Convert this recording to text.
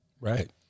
Right